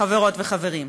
חברות וחברים.